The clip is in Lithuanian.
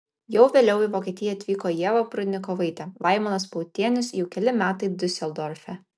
jau vėliau į vokietiją atvyko ieva prudnikovaitė laimonas pautienius jau keli metai diuseldorfe